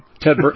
Ted